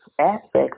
aspects